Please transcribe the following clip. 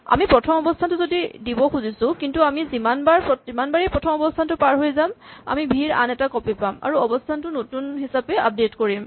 আমি প্ৰথম অৱস্হানটো দিব খুজিছো কিন্তু আমি যিমানবাৰেই প্ৰথম অৱস্হানটো পাৰ হৈ যাম আমি ভি ৰ আন এটা কপি পাম আৰু অৱস্হানটো নতুন হিচাপে আপডেট কৰিম